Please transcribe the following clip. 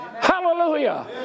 Hallelujah